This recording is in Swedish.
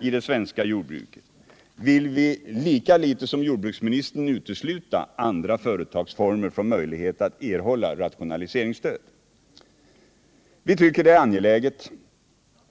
i det svenska jordbruket vill vi lika litet som jordbruksministern utesluta andra företagsformer från möjlighet att erhålla rationaliseringsstöd. Vi tycker det är angeläget